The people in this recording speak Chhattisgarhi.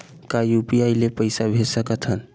का यू.पी.आई ले पईसा भेज सकत हन?